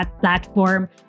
platform